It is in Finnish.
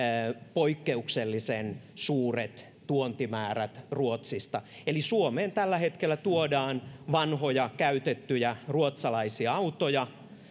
poikkeuksellisen suuret tuontimäärät ruotsista eli suomeen tällä hetkellä tuodaan vanhoja käytettyjä ruotsalaisia autoja